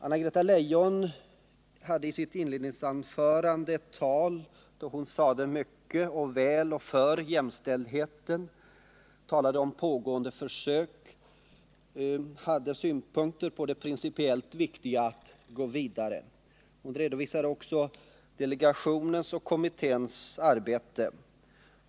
Anna-Greta Leijon talade i sitt inledningsanförande mycket och väl om och för jämställdhet. Hon talade om pågående försök och hade synpunkter på det principiellt viktiga i att gå vidare. Hon redovisade också delegationens och kommitténs arbete.